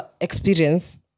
experience